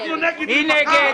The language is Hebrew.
מי נגד?